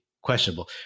questionable